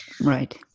Right